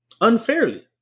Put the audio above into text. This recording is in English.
Unfairly